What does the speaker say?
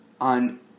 on